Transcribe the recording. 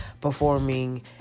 performing